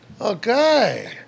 okay